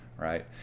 Right